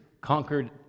conquered